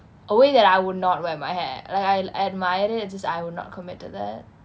a way that I would not wear my hair like I I admire it just I would not commit to that